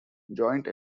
joint